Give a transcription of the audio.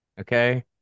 Okay